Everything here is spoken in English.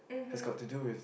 mmhmm